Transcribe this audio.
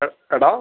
എടാ